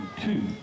two